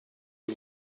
had